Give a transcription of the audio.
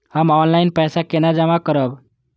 हम ऑनलाइन पैसा केना जमा करब?